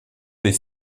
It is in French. des